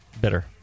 Bitter